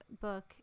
book